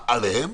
עליהן,